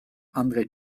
andre